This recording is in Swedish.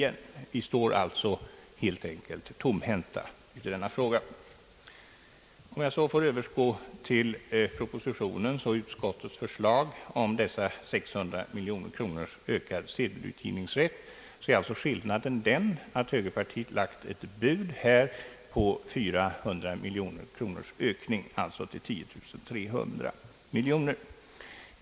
Vi står alltså helt enkelt tomhänta i denna fråga. Om jag så får övergå till propositionens och utskottets förslag om ökning av sedelutgivningsrätten med 600 miljoner kronor är skillnaden den att högerpartiet gjort ett bud på 400 miljoner kronors ökning, alltså till 10 300 miljoner kronor.